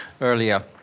earlier